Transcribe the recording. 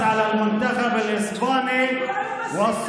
אף